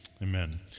Amen